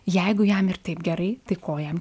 jeigu jam ir taip gerai tai ko jam